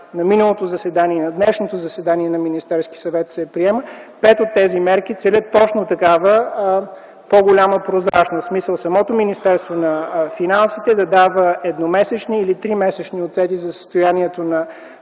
на днешното заседание на Министерския съвет се е приела, пет от тези мерки целят точно такава по-голяма прозрачност, в смисъл самото Министерството на финансите да дава едномесечни или тримесечни отчети за състоянието на